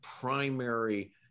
primary